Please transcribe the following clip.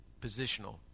positional